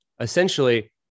essentially